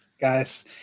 guys